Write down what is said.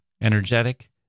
energetic